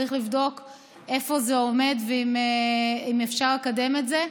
צריך לראות איפה זה עומד, ואם אפשר לקדם את זה.